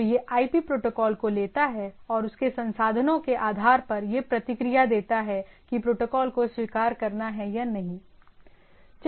तो यह IP protocol को लेता है और इसके संसाधनों के आधार पर यह प्रतिक्रिया देता है कि प्रोटोकॉल को स्वीकार करना है या नहीं